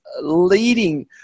leading